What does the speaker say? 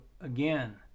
again